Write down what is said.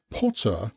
Potter